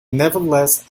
nevertheless